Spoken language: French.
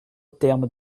terme